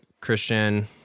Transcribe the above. Christian